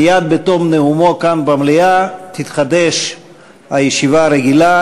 מייד בתום נאומו כאן במליאה תתחדש הישיבה הרגילה,